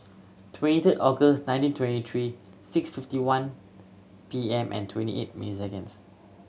twenty third August nineteen twenty three six fifty one P M and twenty eight minute seconds